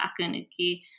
akunuki